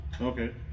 Okay